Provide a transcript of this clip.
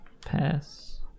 Pass